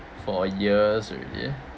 for years already